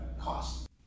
cost